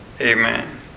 Amen